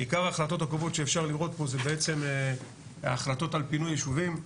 עיקר ההחלטות הקובעות שאפשר לראות פה זה החלטות על פינוי ישובים.